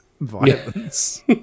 violence